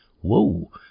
Whoa